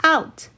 Out